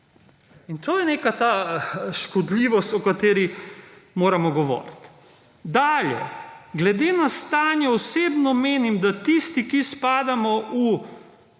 To je neka ta škodljivost, o kateri moramo govoriti. Dalje. Glede na stanje osebno menim, da tisti ki spadamo v naj